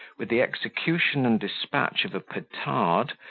with the execution and despatch of a petard,